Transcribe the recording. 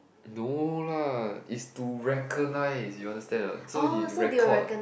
no lah is to recognise you understand or not so he record